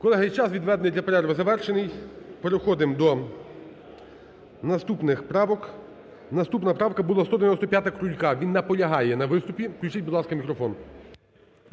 Колеги, час, відведений для перерви, завершений. Переходимо до наступних правок. Наступна правка була 195-а Крулька. Він наполягає на виступі. Включіть, будь ласка, мікрофон.